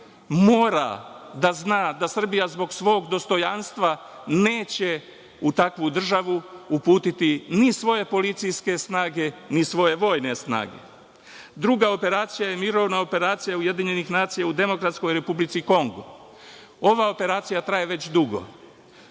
mora da zna da Srbija zbog svog dostojanstva neće u takvu državu uputiti ni svoje policijske snage, ni svoje vojne snage. Druga operacija je - Mirovna operacija UN u Demokratskoj Republici Kongo. Ova operacija traje već dugo.